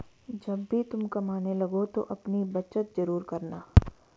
जब भी तुम कमाने लगो तो अपनी बचत जरूर करना